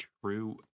true